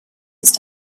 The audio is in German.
ist